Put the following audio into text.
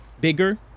bigger